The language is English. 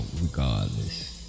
regardless